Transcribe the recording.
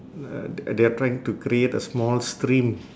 uh th~ they are trying to create a small stream